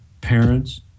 parents